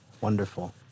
Wonderful